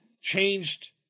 changed